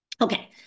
okay